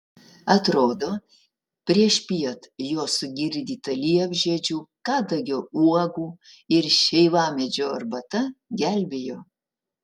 atrodo priešpiet jo sugirdyta liepžiedžių kadagio uogų ir šeivamedžio arbata gelbėjo